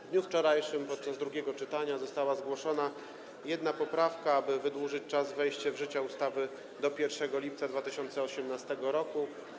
W dniu wczorajszym podczas drugiego czytania została zgłoszona jedna poprawka, aby wydłużyć czas wejścia w życie ustawy do 1 lipca 2018 r.